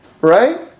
Right